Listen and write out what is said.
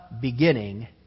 beginning